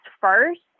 first